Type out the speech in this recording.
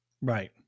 Right